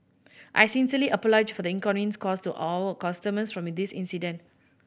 I sincerely apologise for the inconvenience caused to our customers from this incident